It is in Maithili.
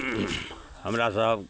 हमरा सब